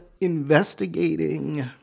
investigating